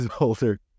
older